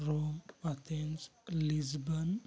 Rome Athens Lisbon